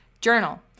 Journal